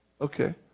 Okay